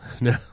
No